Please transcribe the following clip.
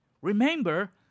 Remember